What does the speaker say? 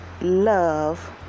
love